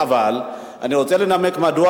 אבל אני רוצה לנמק מדוע,